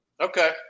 okay